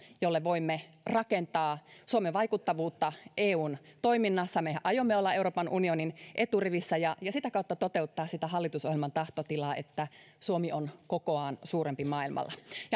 jolle voimme rakentaa suomen vaikuttavuutta eun toiminnassa me aiomme olla euroopan unionin eturivissä ja sitä kautta toteuttaa sitä hallitusohjelman tahtotilaa että suomi on kokoaan suurempi maailmalla